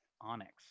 Onyx